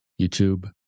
YouTube